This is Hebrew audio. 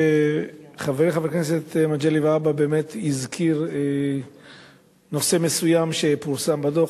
חברי חבר הכנסת מגלי והבה באמת הזכיר נושא מסוים שפורסם בדוח,